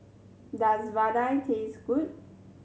does vadai taste good